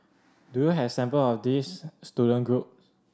do you have example of these student group